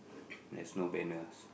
there's no banner also